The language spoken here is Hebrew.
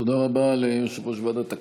תודה רבה ליושב-ראש ועדת הכנסת.